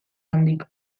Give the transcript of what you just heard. handik